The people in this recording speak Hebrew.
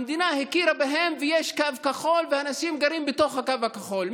המדינה הכירה בהם ויש קו כחול ואנשים גרים בתוך הקו הכחול,